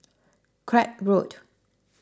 Craig Road